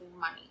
money